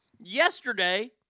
yesterday